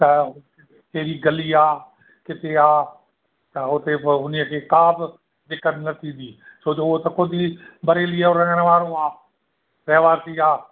त कहिड़ी गली आहे किथे आहे त उते बि उन्हीअ खे का बि दिक़त न थींदी छो जो हो त ख़ुदि ई बरेली जो रहण वारो आहे रहवासी आहे